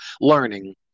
learning